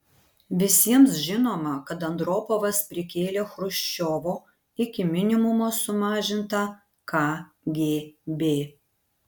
visiems žinoma kad andropovas prikėlė chruščiovo iki minimumo sumažintą kgb